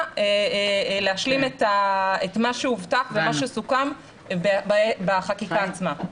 להשלים את מה שהובטח ומה שסוכם בחקיקה עצמה.